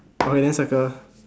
okay then circle